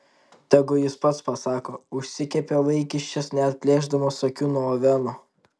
tegu jis pats pasako užsikepė vaikiščias neatplėšdamas akių nuo oveno